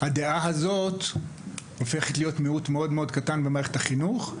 הדעה הזאת הופכת להיות מיעוט מאוד קטן במערכת החינוך,